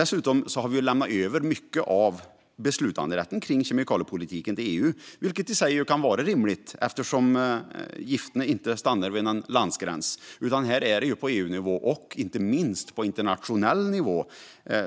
Dessutom har vi lämnat över mycket av beslutanderätten i kemikaliepolitiken till EU, vilket i sig kan vara rimligt eftersom gifterna inte stannar vid en landsgräns. Det är viktigt att vi har en reglering på EU-nivå och, inte minst, på internationell nivå.